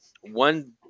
one